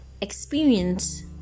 experience